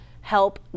Help